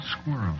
squirrel